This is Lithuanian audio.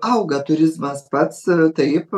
auga turizmas pats taip